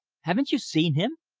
haven't you seen him?